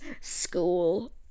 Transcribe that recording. School